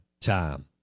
time